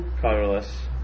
colorless